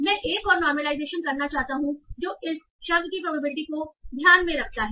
मैं एक और नॉर्मलाइजेशन करना चाहता हूं जो इस शब्द की प्रोबेबिलिटी को ध्यान में रखता है